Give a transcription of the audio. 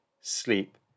sleep